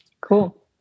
Cool